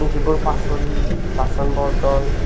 যিবোৰ পাচলি বাচন বৰ্তন